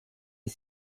est